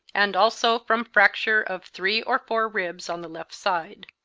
and also from fracture of three or four ribs on the left side.